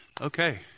Okay